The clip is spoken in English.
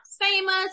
famous